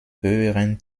höheren